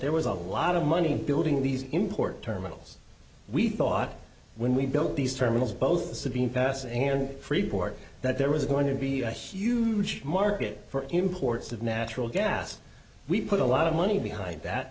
there was a lot of money building these important terminals we thought when we built these terminals both the sabine pass and freeport that there was going to be a huge market for imports of natural gas we put a lot of money behind that